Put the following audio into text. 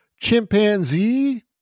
chimpanzee